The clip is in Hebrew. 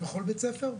בכל בית ספר?